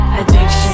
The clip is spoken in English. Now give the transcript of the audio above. addiction